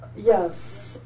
Yes